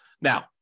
Now